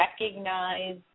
recognize